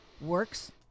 works